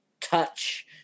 touch